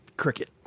cricket